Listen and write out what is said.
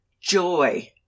joy